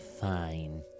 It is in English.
Fine